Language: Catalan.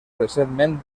recentment